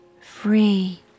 free